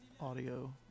Audio